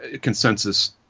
consensus